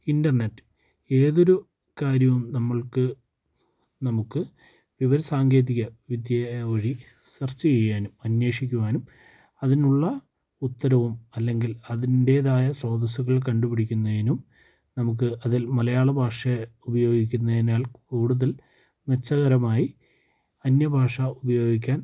internet ഏതൊരു കാര്യവും നമ്മൾക്ക് നമുക്ക് വിവര സാങ്കേതിക വിദ്യ വഴി സെർച്ച് യ്യാനും അന്വേഷിക്കുവാനും അതിനുള്ള ഉത്തരവും അല്ലെങ്കിൽ അതിൻ്റേതായ സ്രോതസ്സുകൾ കണ്ടുപിടിക്കുന്നേനും നമുക്ക് അതിൽ മലയാള ഭാഷ ഉപയോഗിക്കുന്നതിനാൽ കൂടുതൽ മെച്ചകരമായി അന്യഭാഷ ഉപയോഗിക്കാൻ